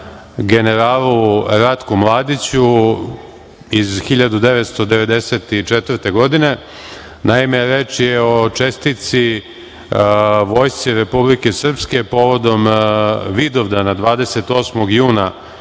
generalu Ratku Mladiću iz 1994. godine. Naime, reč je o čestitki vojsci Republike Srpske povodom Vidovdana 28. juna